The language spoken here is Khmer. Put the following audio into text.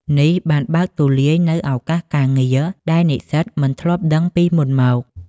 នេះបានបើកទូលាយនូវឱកាសការងារដែលនិស្សិតមិនធ្លាប់ដឹងពីមុនមក។